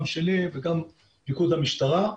גם שלי וגם פיקוד המשטרה.